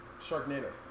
Sharknado